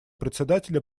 председателя